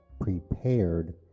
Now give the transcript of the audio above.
prepared